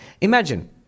Imagine